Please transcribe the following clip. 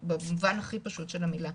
במובן הכי פשוט של המילה,